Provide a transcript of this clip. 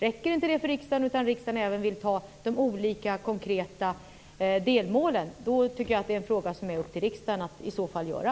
Om det inte räcker för riksdagen, om man också vill ta beslut om de olika konkreta delmålen, tycker jag att det är en fråga som är upp till riksdagen att i så fall avgöra.